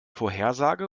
vorhersage